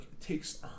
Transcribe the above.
takes